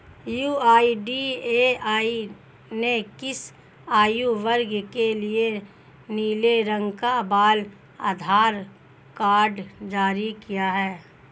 UIDAI ने किस आयु वर्ग के लिए नीले रंग का बाल आधार कार्ड जारी किया है?